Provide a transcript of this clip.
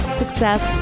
success